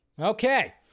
Okay